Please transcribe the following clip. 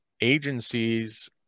agencies